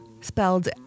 spelled